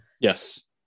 Yes